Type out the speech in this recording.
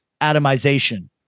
atomization